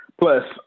Plus